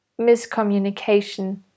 miscommunication